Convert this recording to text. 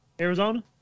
Arizona